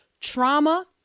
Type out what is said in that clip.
trauma